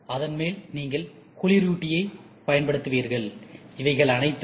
அதன் மேல் நீங்கள் குளிரூட்டியைப் பயன்படுத்துவீர்கள் இவைகள் அனைத்தும்